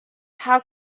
how